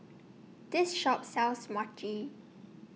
This Shop sells Mochi